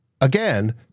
again